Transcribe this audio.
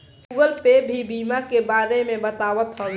Google पे भी ई बीमा के बारे में बतावत हवे